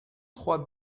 trois